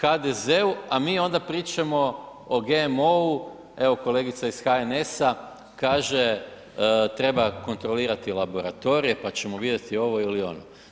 HDZ-u, a mi onda pričamo o GMO-u, evo kolegica iz HNS-a kaže treba kontrolirati laboratorije, pa ćemo vidjeti ovo ili ono.